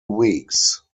weeks